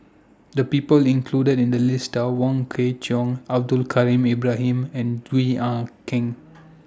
The People included in The list Are Wong Kwei Cheong Abdul Kadir Ibrahim and Gwee Ah Keng